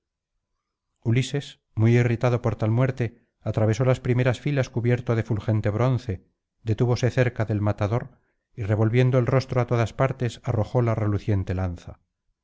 ulises muy irritado por tal muerte atravesó las primeras filas cubierto de fulgente bronce detúvose cerca del matador y revolviendo el rostro á todas partes arrojó la reluciente lanza